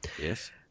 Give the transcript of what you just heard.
Yes